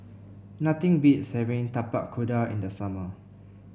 nothing beats having Tapak Kuda in the summer